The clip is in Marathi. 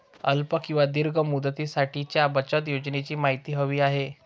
अल्प किंवा दीर्घ मुदतीसाठीच्या बचत योजनेची माहिती हवी आहे